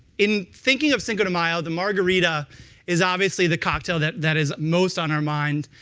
in thinking of cinco de mayo, the margarita is obviously the cocktail that that is most on our mind.